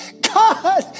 God